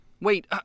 Wait